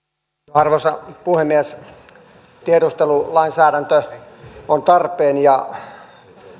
arvoisa puhemies tiedustelulainsäädäntö ja